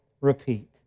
repeat